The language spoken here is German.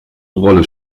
rolle